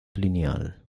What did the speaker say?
lineal